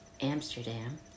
amsterdam